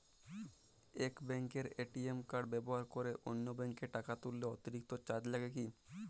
এক ব্যাঙ্কের ATM card ব্যবহার করে অন্য ব্যঙ্কে টাকা তুললে অতিরিক্ত চার্জ লাগে কি?